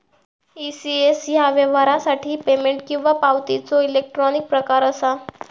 ECS ह्या व्यवहारासाठी payment किंवा पावतीचो इलेक्ट्रॉनिक प्रकार असा